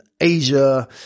Asia